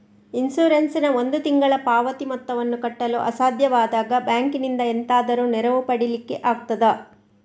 Insurance ನ ಒಂದು ತಿಂಗಳ ಪಾವತಿ ಮೊತ್ತವನ್ನು ಕಟ್ಟಲು ಅಸಾಧ್ಯವಾದಾಗ ಬ್ಯಾಂಕಿನಿಂದ ಎಂತಾದರೂ ನೆರವು ಪಡಿಲಿಕ್ಕೆ ಆಗ್ತದಾ?